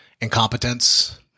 incompetence